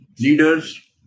leaders